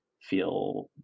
feel